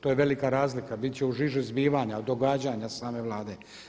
To je velika razlika, bit će u žiži zbivanja, događanja same Vlade.